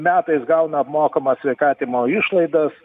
metais gauna apmokamą sveikatinimo išlaidas